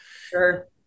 sure